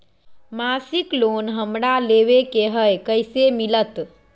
मासिक लोन हमरा लेवे के हई कैसे मिलत?